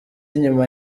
nyuma